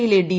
യിലെ ഡി